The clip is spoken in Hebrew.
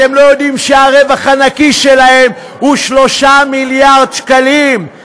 אתם לא יודעים שהרווח הנקי שלהם הוא 3 מיליארד שקלים,